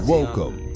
Welcome